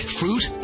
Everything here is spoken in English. fruit